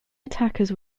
attackers